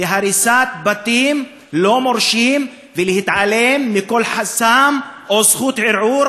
להריסת בתים לא מורשים ולהתעלם מכל חסם או זכות ערעור,